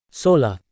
sola